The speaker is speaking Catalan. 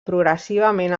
progressivament